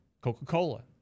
Coca-Cola